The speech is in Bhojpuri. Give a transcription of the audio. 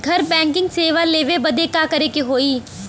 घर बैकिंग सेवा लेवे बदे का करे के होई?